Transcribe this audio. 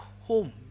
home